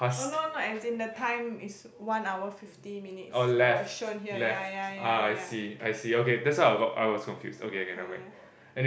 oh no no as in the time is one hour fifty minutes that was shown here yeah yeah yeah yeah ya ya ya